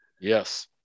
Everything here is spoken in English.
Yes